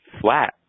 flat